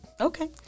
Okay